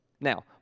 Now